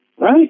right